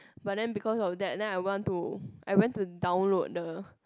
but then because of that then I want to I went to download the